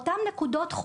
מטפלת,